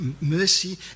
mercy